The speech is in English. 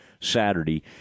saturday